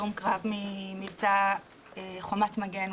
הלום קרב ממבצע חומת מגן.